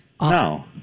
No